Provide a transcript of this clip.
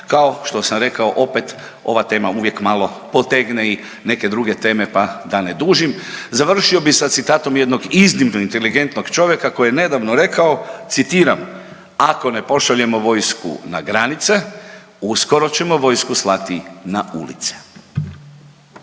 kao što sam rekao opet ova tema uvijek malo potegne i neke druge teme, pa da ne dužim završio bi sa citatom jednog iznimno inteligentnog čovjeka koji je nedavno rekao, citiram ako ne pošaljemo vojsku na granice, uskoro ćemo vojsku slati na ulice.